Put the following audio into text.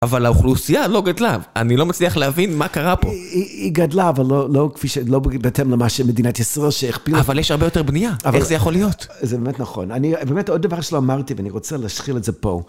אבל האוכלוסייה לא גדלה, אני לא מצליח להבין מה קרה פה. היא גדלה, אבל לא כפי ש... לא בהתאם למה שמדינת ישראל, שהכפילה. אבל יש הרבה יותר בנייה, איך זה יכול להיות? זה באמת נכון. אני... באמת, עוד דבר שלא אמרתי ואני רוצה להשחיל את זה פה...